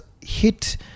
hit